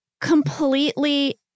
completely